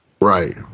Right